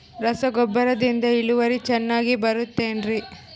ರಸಗೊಬ್ಬರದಿಂದ ಇಳುವರಿ ಚೆನ್ನಾಗಿ ಬರುತ್ತೆ ಏನ್ರಿ?